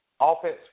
offense